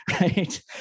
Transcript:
right